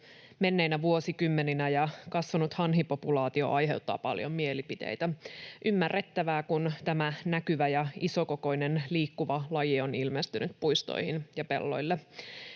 menneinä vuosikymmeninä, ja kasvanut hanhipopulaatio aiheuttaa paljon mielipiteitä. Ymmärrettävää, kun tämä näkyvä ja isokokoinen liikkuva laji on ilmestynyt puistoihin ja pelloille.